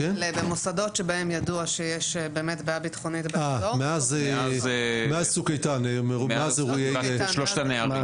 במוסדות שבהם ידוע שיש בעיה ביטחונית מאז מקרה הנערים.